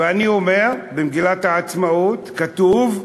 ואני אומר, במגילת העצמאות כתוב: